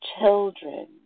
children